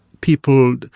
people